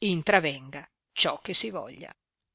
intravenga ciò che si voglia